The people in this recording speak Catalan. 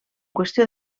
qüestió